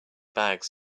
bags